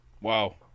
Wow